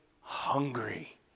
hungry